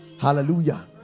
Hallelujah